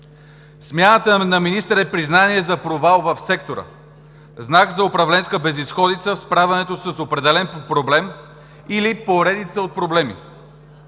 Смяната на министъра е признание за провал в сектора; знак за управленска безизходица в справянето с определен проблем или поредица от проблеми